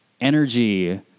energy